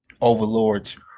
overlords